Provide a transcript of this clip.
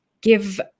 give